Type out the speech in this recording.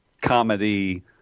comedy